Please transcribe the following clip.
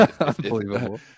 Unbelievable